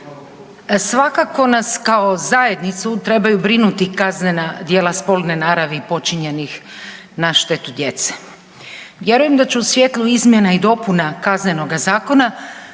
Svakako nas kao zajednicu trebaju brinuti kaznena djela spolne naravi počinjenih na štetu djece. Vjerujem da će u svjetlu izmjena i dopuna Kaznenoga zakona